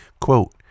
Quote